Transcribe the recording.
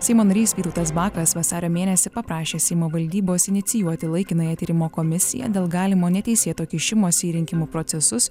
seimo narys vytautas bakas vasario mėnesį paprašė seimo valdybos inicijuoti laikinąją tyrimo komisiją dėl galimo neteisėto kišimosi į rinkimų procesus